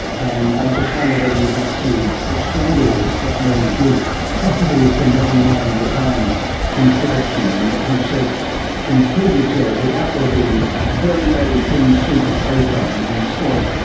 and i just wonder whether you've actually explained all this to alan guth who is the main man behind inflation and who said in a previous era, without there being a very, very thin soup of photons instead,